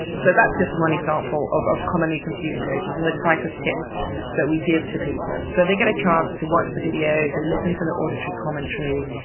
so that's just one example of of commonly confused emotions and the type of tips that we give to people, so they get a chance to watch the videos, they listen to the auditory commentary,